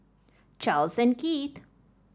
Charles and Keith